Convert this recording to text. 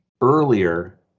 earlier